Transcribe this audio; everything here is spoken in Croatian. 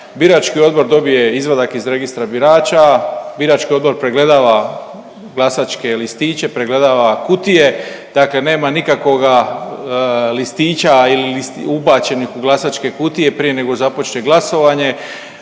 birački odbor dobije izvadak iz registra birača, birački odbor pregledava glasačke listiće, pregledava kutije. Dakle, nema nikakvoga listića ubačenih u glasačke kutije prije nego započne glasovanje.